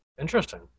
Interesting